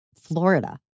Florida